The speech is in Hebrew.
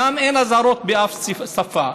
שם אין אזהרות בשום שפה,